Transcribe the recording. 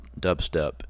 dubstep